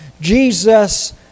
Jesus